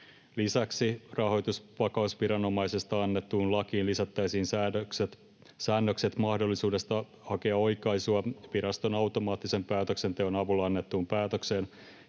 Lisäksi rahoitusvakausviranomaisesta annettuun lakiin lisättäisiin säännökset mahdollisuudesta hakea oikaisua viraston automaattisen päätöksenteon avulla annettuun päätökseen